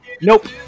Nope